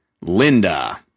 Linda